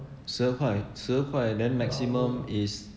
十二块十二块 then maximum is